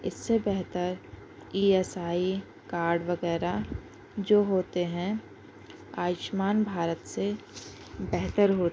اس سے بہتر E S I card وغیرہ جو ہوتے ہیں آیوشمان بھارت سے بہتر ہو